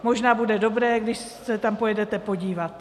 Možná bude dobré, když se tam pojedete podívat.